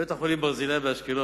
בית-החולים "ברזילי" באשקלון,